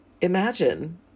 imagine